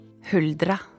Huldra